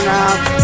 Now